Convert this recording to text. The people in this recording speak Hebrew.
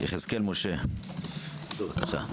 בבקשה.